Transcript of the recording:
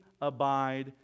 abide